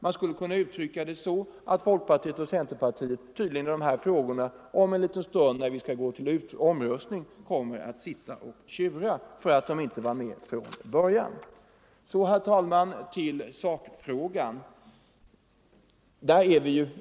Man skulle kunna uttrycka detta så att folkpartiet och centerpartiet när vi om en liten stund skall gå till omröstning i dessa frågor tydligen kommer att sitta och tjura. Så, herr talman, till sakfrågan.